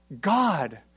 God